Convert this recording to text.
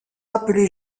appelée